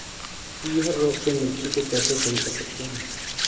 पीहर रोग से मिर्ची को कैसे सही कर सकते हैं?